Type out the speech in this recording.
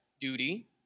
duty